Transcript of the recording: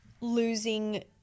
losing –